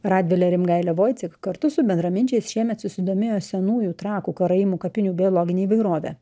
radvilė rimgailė voicik kartu su bendraminčiais šiemet susidomėjo senųjų trakų karaimų kapinių biologine įvairove